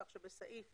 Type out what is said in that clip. כך שבסעיף